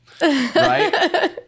Right